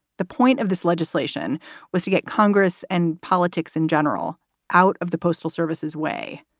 the point of this legislation was to get congress and politics in general out of the postal service's way.